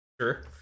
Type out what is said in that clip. Sure